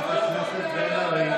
מאיפה הדבר הזה?